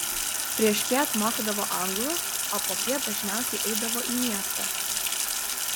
priešpiet mokydavo anglų o popiet dažniausiai eidavo į miestą